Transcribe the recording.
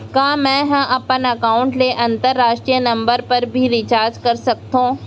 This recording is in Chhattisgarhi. का मै ह अपन एकाउंट ले अंतरराष्ट्रीय नंबर पर भी रिचार्ज कर सकथो